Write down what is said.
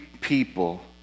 people